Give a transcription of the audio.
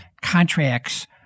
contracts